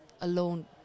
alone